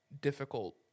difficult